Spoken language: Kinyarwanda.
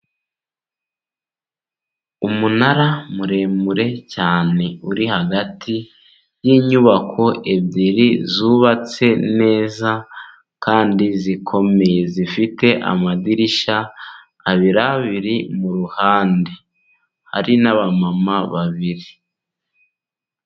Umunara muremure cyane uri hagati y' inyubako ebyiri zubatse neza kandi zikomeye. Zifite amadirishya abiri abiri mu ruhande. Hari n'abamama babiri.